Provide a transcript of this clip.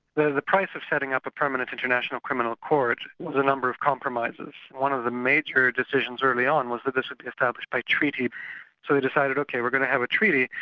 there's a price of setting up a permanent international criminal court with a number of compromises. one of the major decisions early on was that it should be established by treaty, so we decided ok, we're going to have a treaty,